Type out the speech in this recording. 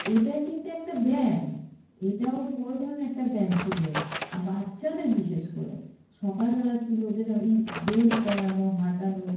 এটাই কিন্তু একটা ব্যায়াম এটাও বড় ধরনের একটা ব্যায়াম শরীরে আর বাচ্চাদের বিশেষ করে সকালবেলা তুলে ওদের ওই দৌড় করানো হাঁটানো